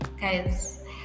Guys